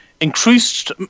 increased